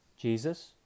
Jesus